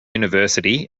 university